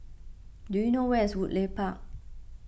do you know where is Woodleigh Park